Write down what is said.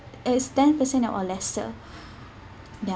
it's ten percent or lesser ya